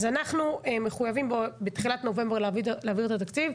אז אנחנו מחויבים בתחילת נובמבר להעביר את התקציב,